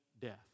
death